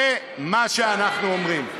זה מה שאנחנו אומרים.